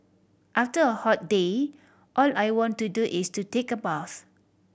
after a hot day all I want to do is to take a bath